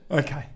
Okay